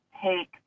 take